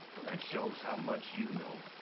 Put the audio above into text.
that shows how much you know.